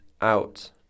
out